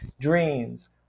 dreams